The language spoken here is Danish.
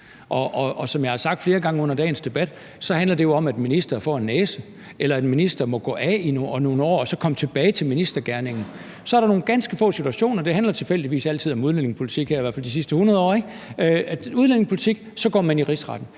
Og som jeg har sagt flere gange under dagens debat, handler det jo om, at ministre får en næse, eller at en minister må gå af i nogle år og så kan komme tilbage til ministergerningen. Så er der nogle ganske få situationer, og det handler tilfældigvis altid om udlændingepolitik, i hvert fald her de sidst hundrede år, ikke? Og når det er om udlændingepolitik, så går man i Rigsretten.